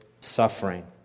suffering